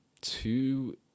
two